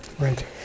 Right